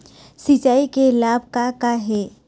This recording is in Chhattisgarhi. सिचाई के लाभ का का हे?